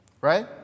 right